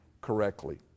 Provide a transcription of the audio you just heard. correctly